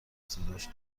صداش